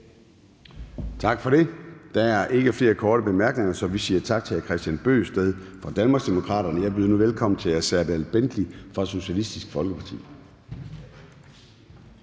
Tak for det. Der er ikke flere korte bemærkninger, så vi siger tak til hr. Kristian Bøgsted fra Danmarksdemokraterne. Jeg byder nu velkommen til hr. Serdal Benli fra Socialistisk Folkeparti.